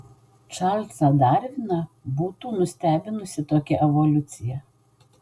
čarlzą darviną būtų nustebinusi tokia evoliucija